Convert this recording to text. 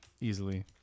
Easily